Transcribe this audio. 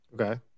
okay